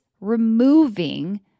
removing